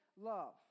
love